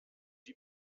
die